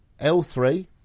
L3